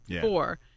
four